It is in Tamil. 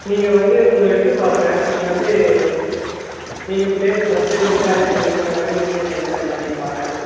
நீங்கள் வந்து உங்கள் இது பார்த்தேன் நீங்கள் வந்து நீங்கள் ப்ளேஸ் பஸ்ஸு நீங்களே அரேஞ்சு பண்ணி எல்லாமே நீங்களே பண்ணித்தர மாதிரி பார்த்தேன்